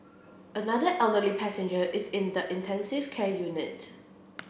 another elderly passenger is in the intensive care unit